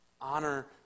Honor